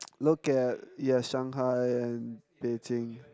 look at yeah Shanghai and Beijing